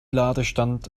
ladestand